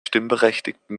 stimmberechtigten